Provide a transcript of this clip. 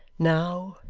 now,